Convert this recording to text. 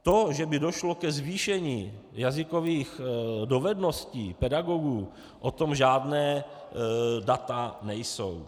To, že by došlo ke zvýšení jazykových dovedností pedagogů, o tom žádná data nejsou.